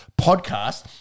podcast